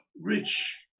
rich